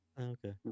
Okay